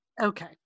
Okay